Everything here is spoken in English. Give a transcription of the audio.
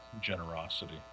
generosity